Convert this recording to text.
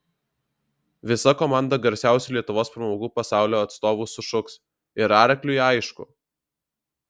visa komanda garsiausių lietuvos pramogų pasaulio atstovų sušuks ir arkliui aišku